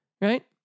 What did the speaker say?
Right